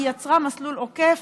היא יצרה מסלול עוקף,